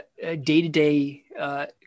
day-to-day